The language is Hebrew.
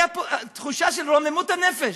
הייתה פה תחושה של התרוממות הנפש.